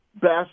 best